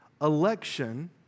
Election